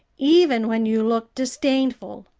even when you look disdainful.